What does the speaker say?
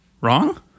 Wrong